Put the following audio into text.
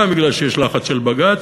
גם בגלל שיש לחץ של בג"ץ,